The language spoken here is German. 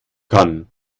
kann